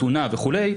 חתונה וכו',